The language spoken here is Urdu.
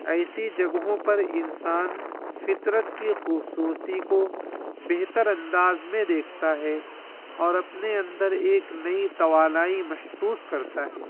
ایسی جگہوں پر انسان فطرت کی خوبصورتی کو بہتر انداز میں دیکھتا ہے اور اپنے اندر ایک نئی توانائی محسوس کرتا ہے